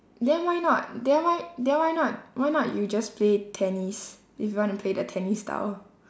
then why not then why then why not why not you just play tennis if you want to play the tennis style